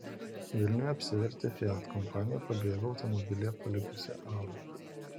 vilniuje apsivertė fiat kompanija pabėgo automobilyje palikusi alų